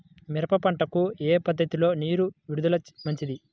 మిరప పంటకు ఏ పద్ధతిలో నీరు విడుదల మంచిది?